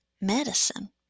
medicine